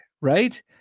Right